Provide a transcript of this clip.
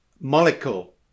molecule